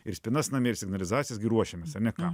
ir spynas namie ir signalizacijas gi ruošiamės ar ne kam